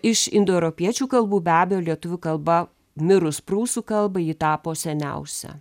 iš indoeuropiečių kalbų be abejo lietuvių kalba mirus prūsų kalbai ji tapo seniausia